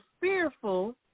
fearful